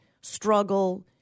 struggle